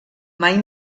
mai